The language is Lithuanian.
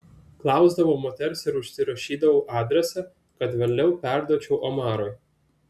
klausdavau moters ir užsirašydavau adresą kad vėliau perduočiau omarui